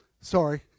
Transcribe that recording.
Sorry